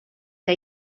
que